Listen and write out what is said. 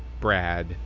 Brad